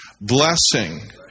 blessing